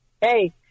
Hey